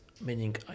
meaning